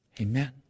Amen